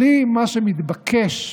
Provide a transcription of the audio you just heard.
בלי מה שמתבקש מהנהגה,